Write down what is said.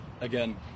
again